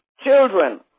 children